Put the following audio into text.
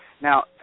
now